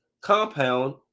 compound